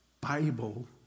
Bible